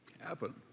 happen